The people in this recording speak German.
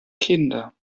kinder